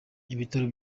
ibitaro